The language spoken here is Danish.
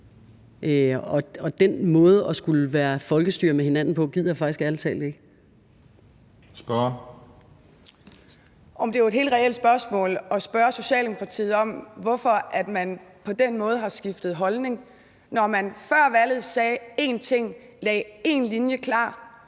(Christian Juhl): Spørgeren. Kl. 10:43 Mai Mercado (KF): Men det er jo et helt reelt spørgsmål at spørge Socialdemokratiet om, hvorfor man på den måde har skiftet holdning, når man før valget sagde én ting, lagde én linje klar